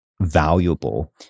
valuable